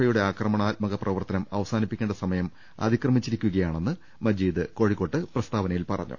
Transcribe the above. ഐയുടെ അക്രമണാത്മക പ്രവർത്തനം അവസാനി പ്പിക്കേണ്ട സമയം അതിക്രമിച്ചിരിക്കുകയാണെന്ന് മജീദ് കോഴിക്കോട്ട് പ്രസ്താവനയിൽ പറഞ്ഞു